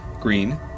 green